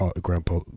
grandpa